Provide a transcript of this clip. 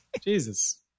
Jesus